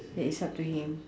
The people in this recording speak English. that is up to him